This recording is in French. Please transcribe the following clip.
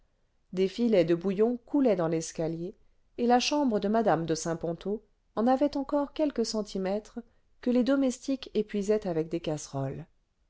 des filets de bouillon coulaient dans l'escalier et la chambre de mme de saint ponto en avait encore quelques centimètres que les domestiques épuisaient avec des casseroles